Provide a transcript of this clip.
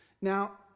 Now